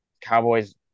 Cowboys